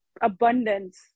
abundance